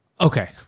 Okay